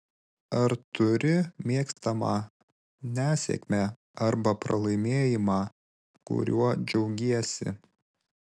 ar turi mėgstamą nesėkmę arba pralaimėjimą kuriuo džiaugiesi